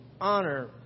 honor